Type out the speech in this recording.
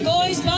Boys